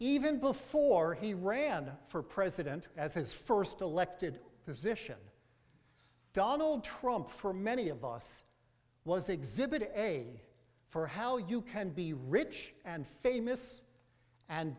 even before he ran for president as his first elected position donald trump for many of us was exhibit a for how you can be rich and famous and